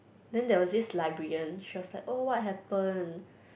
then there was this librarian she was like oh what happened